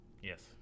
Yes